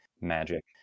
Magic